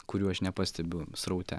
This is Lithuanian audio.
kurių aš nepastebiu sraute